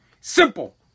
Simple